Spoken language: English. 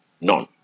None